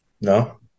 No